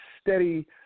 steady